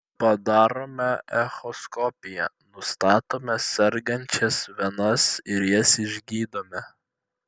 padarome echoskopiją nustatome sergančias venas ir jas išgydome